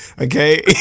Okay